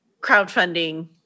crowdfunding